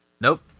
Nope